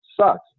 sucks